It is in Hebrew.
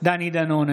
דני דנון,